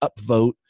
upvote